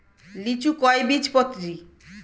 লিচু কয় বীজপত্রী?